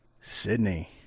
Sydney